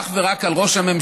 אך ורק על ראש הממשלה.